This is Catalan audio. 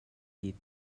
llit